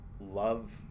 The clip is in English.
love